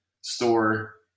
store